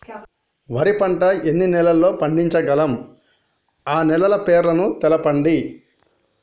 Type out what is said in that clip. వరి పంట ఎన్ని నెలల్లో పండించగలం ఆ నెలల పేర్లను తెలుపండి?